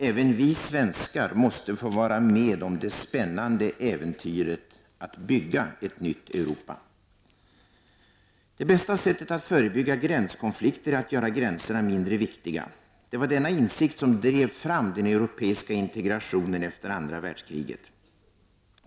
Även vi svenskar måste få vara med om det spännande äventyret att bygga ett nytt Europa. Det bästa sättet att förebygga gränskonflikter är att göra gränserna mindre viktiga. Det var denna insikt som drev fram den europeiska integrationen efter andra världskriget.